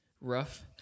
rough